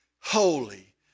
holy